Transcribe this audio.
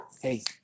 hey